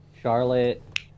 Charlotte